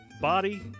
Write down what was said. body